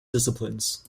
disciplines